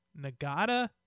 Nagata